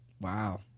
Wow